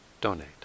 donate